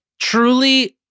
truly